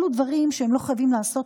אלו דברים שהם לא חייבים לעשות,